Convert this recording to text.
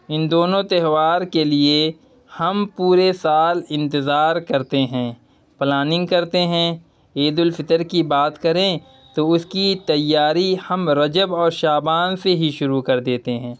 ان دونوں تیہوار کے لیے ہم پورے سال انتظار کرتے ہیں پلاننگ کرتے ہیں عید الفطر کی بات کریں تو اس کی تیاری ہم رجب اور شعبان سے ہی شروع کر دیتے ہیں